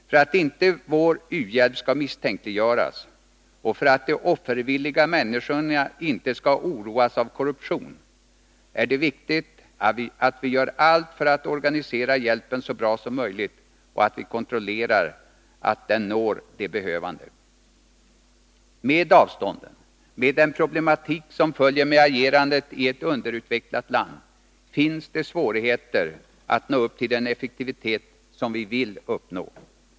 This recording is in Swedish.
För att inte vår u-hjälp skall misstänkliggöras och för att de offervilliga människorna inte skall oroas av korruption är det viktigt att vi gör allt för att organisera hjälpen så bra som möjligt och att vi kontrollerar att den når de behövande. Med avstånden, med den problematik som följer med agerandet i ett underutvecklat land, finns det svårigheter att nå upp till den effektivitet som vi vill uppnå.